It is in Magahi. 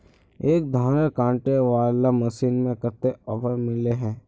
एक धानेर कांटे वाला मशीन में कते ऑफर मिले है?